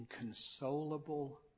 inconsolable